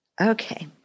Okay